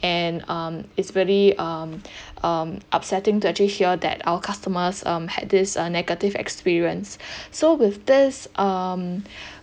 and um it's very um um upsetting to actually hear that our customers um had this uh negative experience so with this um